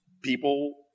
people